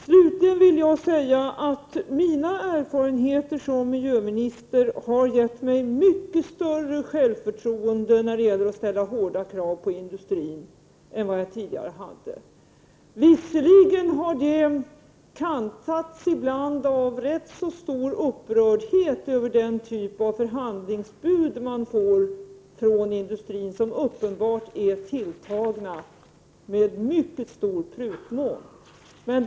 Slutligen vill jag säga att mina erfarenheter som miljöminister har gett mig mycket större självförtroende när det gäller att ställa hårda krav på industrin än vad jag hade tidigare. Denna känsla har dock visserligen ibland kantats av ganska stor upprördhet över den typ av förhandlingsbud man får från industrin. Buden är uppenbarligen tilltagna med mycket stor prutmån.